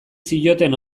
zioten